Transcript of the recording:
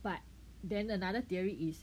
but then another theory is